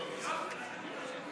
מאסתי בזבחיכם.